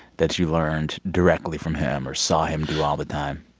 that you learned directly from him or saw him do all the time?